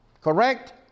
Correct